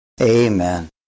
Amen